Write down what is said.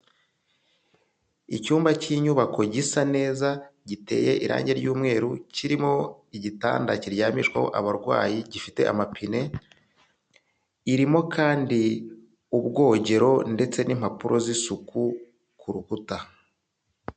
Icyumba k'inyubako gisa neza giteye irangi ry'umweru, kirimo igitanda kiryamishwaho abarwayi gifite amapine, irimo kandi ubwogero ndetse n'impapuro z'isuku ku rukuta.